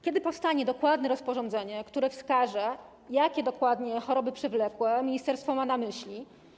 Kiedy powstanie rozporządzenie, które wskaże, jakie dokładnie choroby przewlekłe ministerstwo ma na myśli?